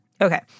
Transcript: Okay